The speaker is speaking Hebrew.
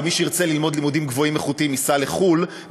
ומי שירצה ללמוד לימודים גבוהים איכותיים ייסע לחו"ל,